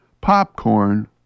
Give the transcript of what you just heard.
popcorn